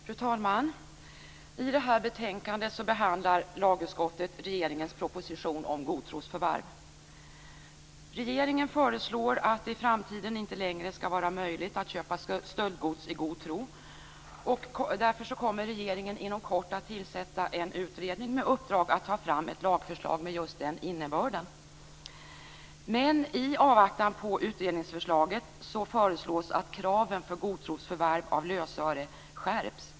Fru talman! I det här betänkandet behandlar lagutskottet regeringens proposition om godtrosförvärv. Regeringen föreslår att det i framtiden inte längre skall vara möjligt att köpa stöldgods i god tro. Därför kommer regeringen att inom kort tillsätta en utredning med uppdrag att ta fram ett lagförslag med just den innebörden. Men i avvaktan på utredningsförslaget föreslås att kraven på godtrosförvärv av lösöre skärps.